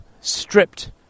stripped